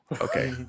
Okay